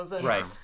right